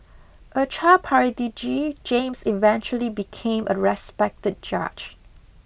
a child prodigy James eventually became a respected judge